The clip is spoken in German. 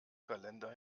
kalender